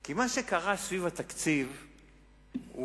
כי מה שקרה סביב התקציב הוא,